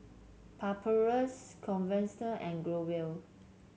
Papulex Convatec and Growell